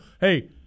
hey